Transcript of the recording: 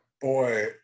Boy